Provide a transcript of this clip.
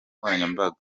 nkoranyambaga